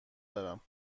دارم